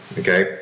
okay